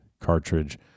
Cartridge